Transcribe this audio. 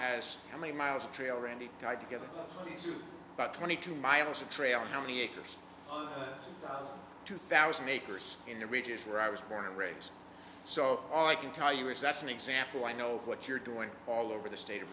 has so many miles of trail randi tied together about twenty two miles of trail how many acres on two thousand acres in the regions where i was born and raised so all i can tell you is that's an example i know what you're doing all over the state